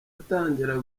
atangira